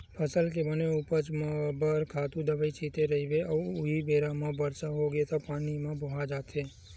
फसल के बने उपज बर खातू दवई छिते रहिबे अउ उहीं बेरा म बरसा होगे त पानी म बोहा जाथे